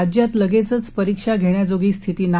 राज्यात लगेचच परीक्षा घेण्याजोगी स्थिती नाही